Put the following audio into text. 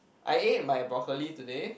I ate my brocolli today